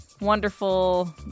wonderful